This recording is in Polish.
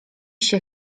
się